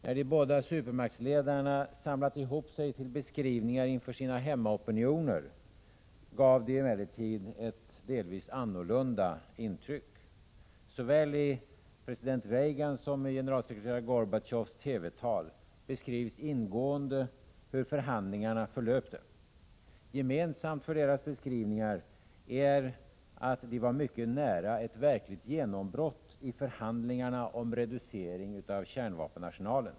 När de båda supermaktsledarna samlat ihop sig till beskrivningar inför sina hemmaopinioner gav de emellertid ett delvis annorlunda intryck. Såväl i president Reagans som i generalsekreterare Gorbatjovs TV-tal beskrivs ingående hur förhandlingarna förlöpte. Gemensamt för deras beskrivningar är att de var mycket nära ett verkligt genombrott i förhandlingarna om reducering av kärnvapenarsenalen.